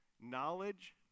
Knowledge